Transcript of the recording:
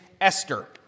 Esther